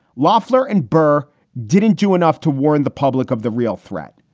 loffler and birx didn't do enough to warn the public of the real threat.